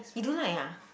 you don't like ah